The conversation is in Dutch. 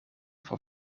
voor